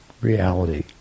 reality